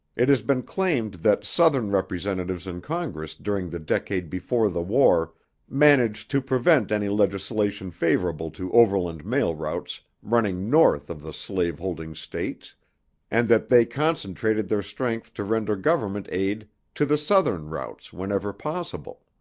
it has been claimed that southern representatives in congress during the decade before the war managed to prevent any legislation favorable to overland mail routes running north of the slave-holding states and that they concentrated their strength to render government aid to the southern routes whenever possible.